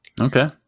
okay